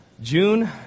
June